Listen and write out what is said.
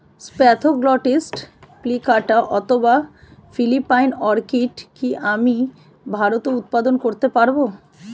Spathoglottis plicata অথবা Philippine orchid কি আমি ভারতে উৎপাদন করতে পারবো?